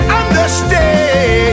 understand